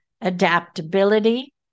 adaptability